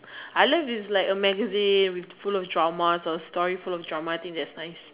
I love if it's like a magazine with full of drama story full of drama that is nice